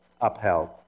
upheld